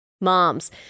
moms